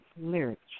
lyrics